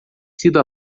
sido